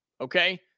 okay